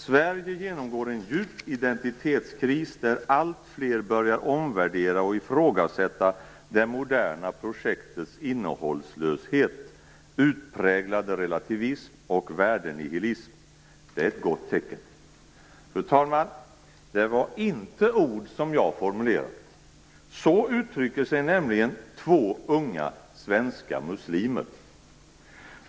Sverige genomgår en djup identitetskris där allt fler börjar omvärdera och ifrågasätta det moderna projektets innehållslöshet, utpräglade relativism och värdenihilism. Det är ett gott tecken." Fru talman! Detta är inte ord som jag har formulerat. Så uttrycker sig nämligen två unga svenska muslimer.